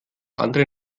andere